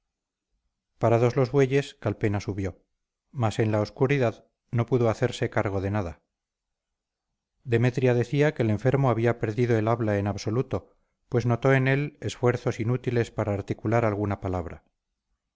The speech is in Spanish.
parados los bueyes calpena subió mas en la obscuridad no pudo hacerse cargo de nada demetria decía que el enfermo había perdido el habla en absoluto pues notó en él esfuerzos inútiles para articular alguna palabra